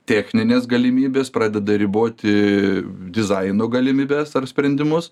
techninės galimybės pradeda riboti dizaino galimybes ar sprendimus